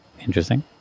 Interesting